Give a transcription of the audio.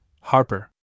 Harper